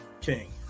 King